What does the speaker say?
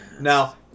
Now